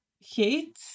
hate